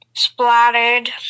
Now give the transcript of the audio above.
splattered